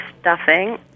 stuffing